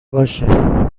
باشه